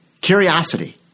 Curiosity